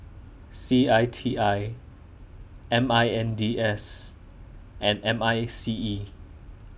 C I T I M I N D S and M I C E